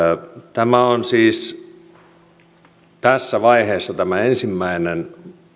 tämä on siis tässä vaiheessa tämä ensimmäinen